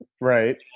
Right